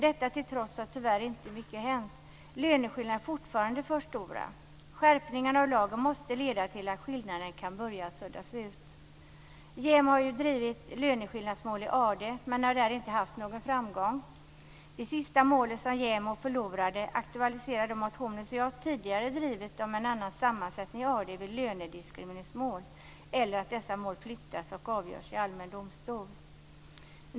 Detta till trots har, tyvärr, inte mycket hänt. Löneskillnaderna är fortfarande för stora. Skärpningen av lagen måste leda till att skillnaderna kan börja suddas ut. JämO har drivit löneskillnadsmål i AD men har där inte haft någon framgång. Det sista målet som JämO förlorade aktualiserar de motioner som jag tidigare drivit om en annan sammansättning i AD vid lönediskrimineringsmål eller att dessa mål flyttas och avgörs i allmän domstol.